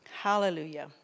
Hallelujah